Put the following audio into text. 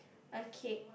okay